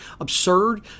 absurd